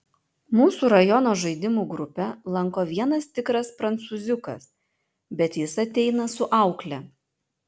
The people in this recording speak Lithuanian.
mūsų rajono žaidimų grupę lanko vienas tikras prancūziukas bet jis ateina su aukle